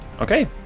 Okay